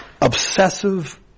obsessive